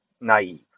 naive